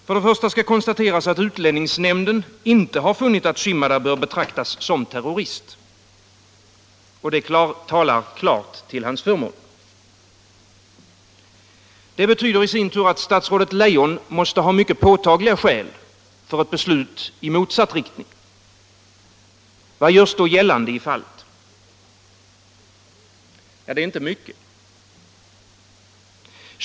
För det första skall konstateras att utlänningsnämnden inte funnit att Shimada bör betraktas som terrorist, och det talar klart till hans förmån. Det betyder i sin tur att statsrådet Leijon måste ha mycket påtagliga skäl för beslut i motsatt riktning. Vad görs då gällande i fallet? Ja, det är inte mycket.